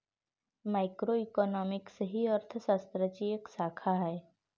macroeconomics ही अर्थ शास्त्राची एक शाखा आहे